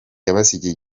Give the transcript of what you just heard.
yabasigiye